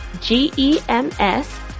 G-E-M-S